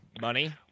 Money